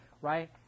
right